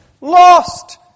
Lost